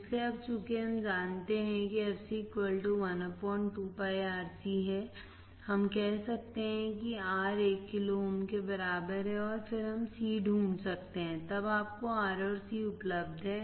इसलिए अब चूंकि हम जानते हैं कि fc 1 2 πRC हम कह सकते हैं कि R 1 किलो ओम के बराबर है और फिर c हम ढूंढ सकते हैं तब आपको R और C उपलब्ध है